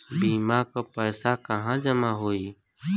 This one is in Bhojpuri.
बीमा क पैसा कहाँ जमा होई?